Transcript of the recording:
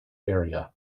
area